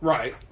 Right